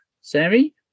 Sammy